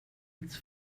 its